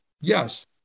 yes